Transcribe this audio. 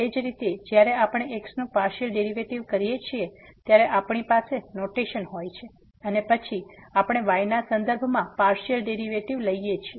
એ જ રીતે જ્યારે આપણે x નું પાર્સીઅલ ડેરીવેટીવ કરીએ છીએ ત્યારે આપણી પાસે નોટેશન હોય છે અને પછી આપણે y ના સંદર્ભમાં પાર્સીઅલ ડેરીવેટીવ લઈએ છીએ